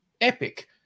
epic